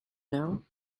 now